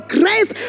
grace